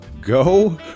go